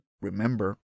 remember